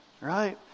right